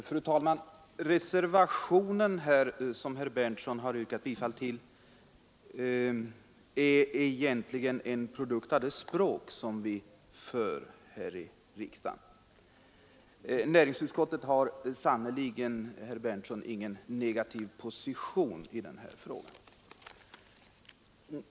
Fru talman! Reservationen som herr Berndtson har yrkat bifall till är egentligen en produkt av språkbruket här i riksdagen. Näringsutskottet har sannerligen inte, herr Berndtson, intagit någon ”negativ position” i denna fråga.